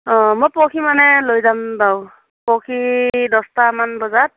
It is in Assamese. অ মই পৰহি মানে লৈ যাম বাৰু পৰহি দহটামান বজাত